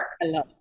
Hello